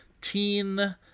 teen